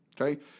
okay